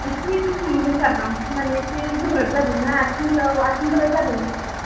एसे दुखु मोनदों सार बांसिनानो एसे गोब्राब जादों ना आथिं बिजौ आथिंफोराव जादों ना सार